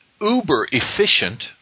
uber-efficient